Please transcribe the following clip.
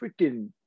freaking